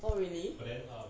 oh really